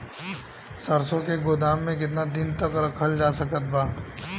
सरसों के गोदाम में केतना दिन तक रखल जा सकत बा?